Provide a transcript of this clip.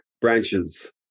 branches